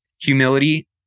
humility